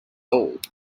old